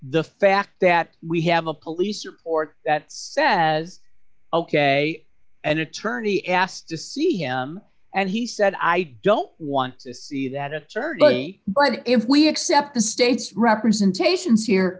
the fact that we have a police report that says ok an attorney asked to see him and he said i don't want to see that certainly but if we accept the state's representations here